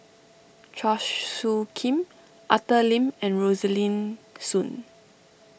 Chua Soo Khim Arthur Lim and Rosaline Soon